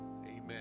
Amen